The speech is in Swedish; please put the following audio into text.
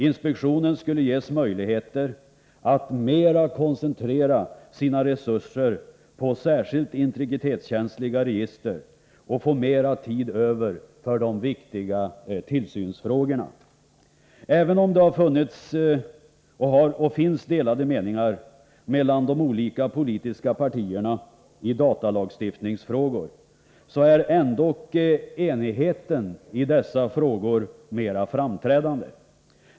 Inspektionen skulle ges möjligheter att koncentrera sina resurser på särskilt integritetskänsliga register och få mer tid över för de viktiga tillsynsfrågorna. Även om det har funnits och finns delade meningar mellan de olika politiska partierna i datalagstiftningsfrågor, är ändock enigheten i dessa frågor mer framträdande.